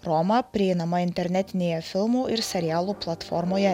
roma prieinama internetinėje filmų ir serialų platformoje